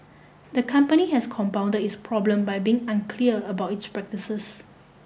the company has compound its problem by being unclear about its practices